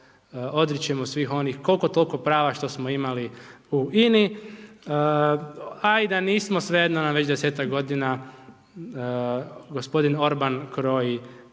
odričemo svih onih koliko toliko prava što smo imali u INA-i, a i da nismo svejedno nam već 10-tak godina, gospodin Orban kroji